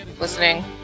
listening